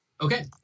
Okay